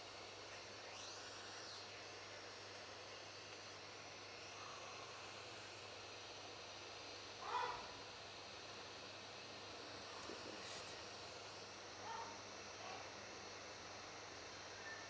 thirty first